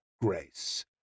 grace